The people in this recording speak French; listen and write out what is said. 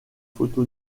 photo